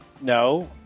no